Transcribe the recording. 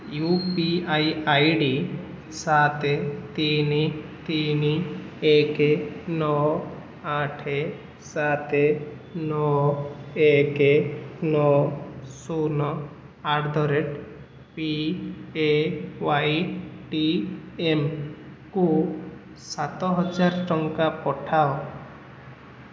you P I I D ସାତ୍ ତିନି ତିନି ଏକ୍ ନଅ ଆଠ ସାତ୍ ନଅ ଏକ୍ ନଅ ଶୂନ ଆଟ ଦ ରେଟ୍ ପିଏୱାଇଟିଏମ୍କୁ ସାତହଜାର ପଠାଅ